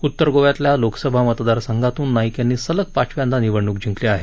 उत्तर गोव्यातल्या लोकसभा मतदार संघातून नाईक यांनी सलग पाचव्यांदा निवडणूक जिंकली आहे